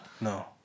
no